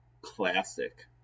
Classic